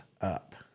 up